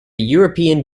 european